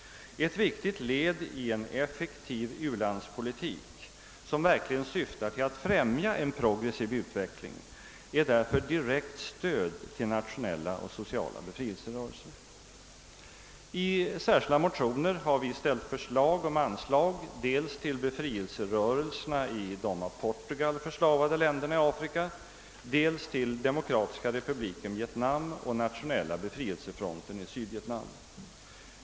Ett viktigt led i en effektiv ulandspolitik, som verkligen syftar till att främja en progresssiv utveckling, är därför ett direkt stöd till nationella och sociala befrielserörelser. I särskilda motioner har vi föreslagit anslag dels till befrielserörelserna i de av Portugal förslavade länderna i Afrika, dels till Demokratiska republiken Vietnam och Nationella befrielsefronten i Sydvietnam.